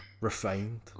refined